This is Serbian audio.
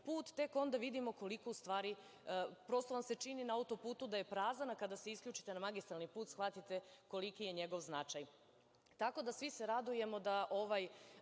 put, tek onda vidimo koliko ustvari, prosto vam se čini na autoputu da je prazan, a kada se isključite na magistralni put shvatite koliki je njegov značaj. Svi se radujemo da ovaj